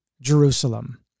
Jerusalem